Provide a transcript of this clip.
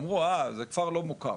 אמרו אה זה כפר לא מוכר,